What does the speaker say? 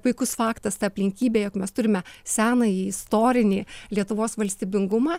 puikus faktas ta aplinkybė jog mes turime senąjį istorinį lietuvos valstybingumą